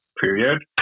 period